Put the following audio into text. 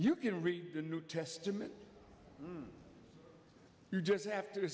you can read the new testament you just have to